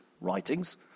writings